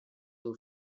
two